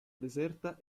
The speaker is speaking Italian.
deserta